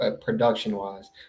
production-wise